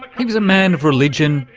he was a man of religion,